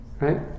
Right